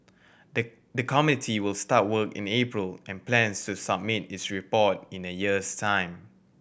the the committee will start work in the April and plans to submit its report in a year's time